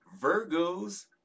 virgo's